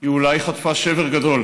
היא אולי חטפה שבר גדול,